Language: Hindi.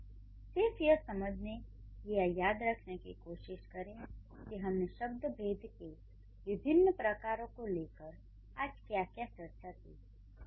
तब तक सिर्फ यह समझने या याद रखने की कोशिश करें कि हमने शब्द भेद के विभिन्न प्रकारों को लेकर आज क्या क्या चर्चा की है